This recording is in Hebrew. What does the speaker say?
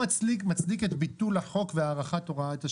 זה לא מצדיק את ביטול החוק והארכת הוראת השעה.